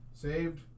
Saved